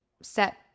set